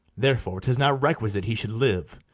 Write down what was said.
therefore tis not requisite he should live.